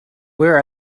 where